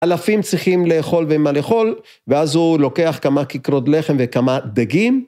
אלפים צריכים לאכול ואין מה לאכול, ואז הוא לוקח כמה ככרות לחם וכמה דגים.